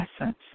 essence